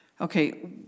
Okay